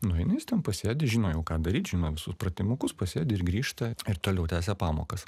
nueina jis ten pasėdi žino jau ką daryt žino visus pratimukus pasėdi ir grįžta ir toliau tęsia pamokas